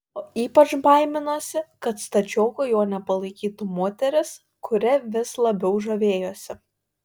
o ypač baiminosi kad stačioku jo nepalaikytų moteris kuria vis labiau žavėjosi